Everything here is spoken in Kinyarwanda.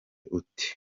ute